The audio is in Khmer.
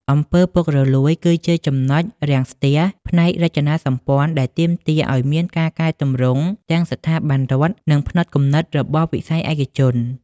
អំពើពុករលួយ គឺជា ចំណុចរាំងស្ទះ ផ្នែករចនាសម្ព័ន្ធដែលទាមទារឱ្យមានការកែទម្រង់ទាំងស្ថាប័នរដ្ឋ និងផ្នត់គំនិតរបស់វិស័យឯកជន។